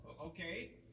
Okay